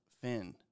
Finn